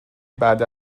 بعد